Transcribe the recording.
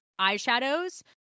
eyeshadows